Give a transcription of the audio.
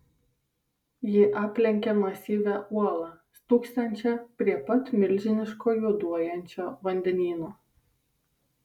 ji aplenkė masyvią uolą stūksančią prie pat milžiniško juoduojančio vandenyno